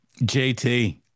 JT